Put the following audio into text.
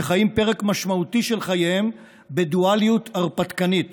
שחיים פרק משמעותי של חייהם בדואליות הרפתקנית